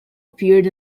appeared